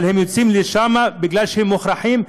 אבל הם יוצאים לשם בגלל שהם מוכרחים,